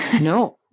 No